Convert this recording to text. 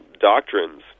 doctrines